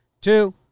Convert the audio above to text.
two